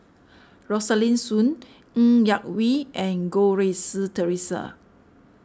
Rosaline Soon Ng Yak Whee and Goh Rui Si theresa